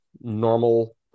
normal